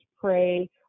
pray